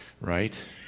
right